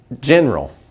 General